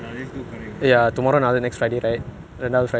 before the official will do lah